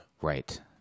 Right